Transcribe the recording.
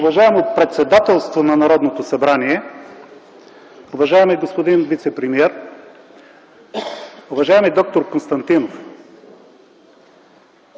Уважаемо председателство на Народното събрание, уважаеми господин вицепремиер, уважаеми д-р Константинов!